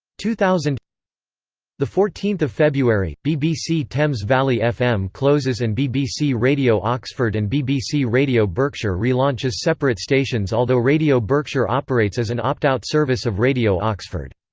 two thousand fourteen february bbc thames valley fm closes and bbc radio oxford and bbc radio berkshire relaunch as separate stations although radio berkshire operates as an opt-out service of radio oxford.